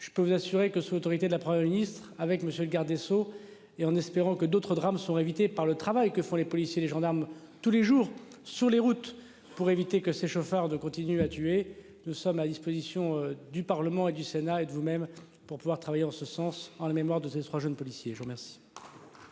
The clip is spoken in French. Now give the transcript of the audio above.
Je peux vous assurer que sous l'autorité de la Premier Ministre avec monsieur le garde des Sceaux et en espérant que d'autres drames sont invités par le travail que font les policiers, les gendarmes tous les jours sur les routes pour éviter que ses chauffeurs de continue à tuer. Nous sommes à disposition du Parlement et du Sénat et de vous même, pour pouvoir travailler en ce sens en la mémoire de ces trois jeunes policiers je vous remercie.